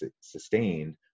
sustained